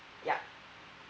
yeah